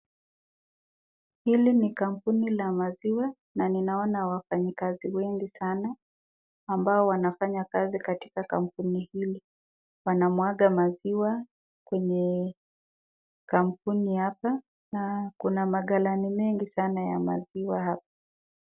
Hili ni kampuni la maziwa, na ninaona wafanyikazi wengi sana, ambao wanafanya kazi katika kampuni hili. Wanamwaga maziwa kwenye kampuni hapa na kuna maghalani mengi sana ya maziwa hapa.